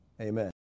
Amen